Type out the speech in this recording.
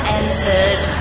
entered